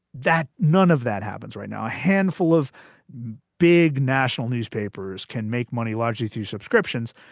that none of that happens right now. a handful of big national newspapers can make money largely through subscriptions.